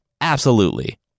absolutely